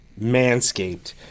Manscaped